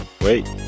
Wait